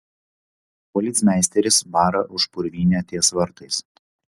policmeisteris bara už purvynę ties vartais